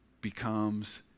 becomes